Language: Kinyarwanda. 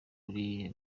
kuri